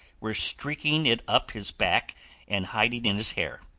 were streaking it up his back and hiding in his hair.